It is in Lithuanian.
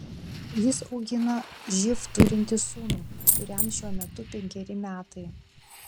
jis augina živ turintį sūnų kuriam šiuo metu penkeri metai